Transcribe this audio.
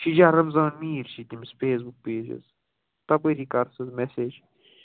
سجا رمضان میٖر چھی تٔمِس فیس بُک پیج حظ تَپٲری کَر ژٕ مسیج